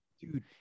Dude